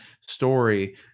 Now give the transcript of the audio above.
story